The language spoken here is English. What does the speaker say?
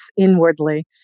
inwardly